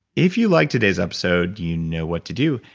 if you like today's episode, you know what to do.